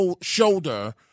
shoulder